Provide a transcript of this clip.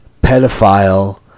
pedophile